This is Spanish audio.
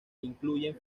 incluyen